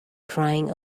crying